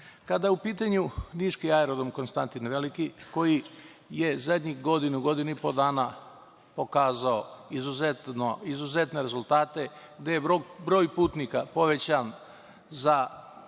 Kada je u pitanju niški aerodrom „Konstantin Veliki“ koji je zadnjih godinu, godinu i po dana pokazao izuzetne rezultate gde je broj putnika mnogostruko